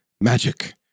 magic